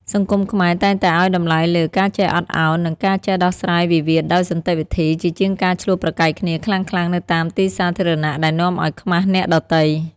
សង្គមខ្មែរតែងតែឱ្យតម្លៃលើ "ការចេះអត់ឱន" និងការចេះដោះស្រាយវិវាទដោយសន្តិវិធី ជាជាងការឈ្លោះប្រកែកគ្នាខ្លាំងៗនៅតាមទីសាធារណៈដែលនាំឱ្យខ្មាសអ្នកដទៃ។